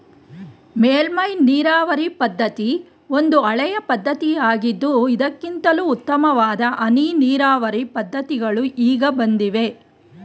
ಮೇಲ್ಮೈ ನೀರಾವರಿ ಪದ್ಧತಿ ಒಂದು ಹಳೆಯ ಪದ್ಧತಿಯಾಗಿದ್ದು ಇದಕ್ಕಿಂತಲೂ ಉತ್ತಮವಾದ ಹನಿ ನೀರಾವರಿ ಪದ್ಧತಿಗಳು ಈಗ ಬಂದಿವೆ